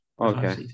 Okay